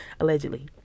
Allegedly